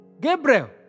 Gabriel